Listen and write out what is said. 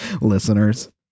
listeners